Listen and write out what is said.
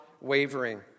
wavering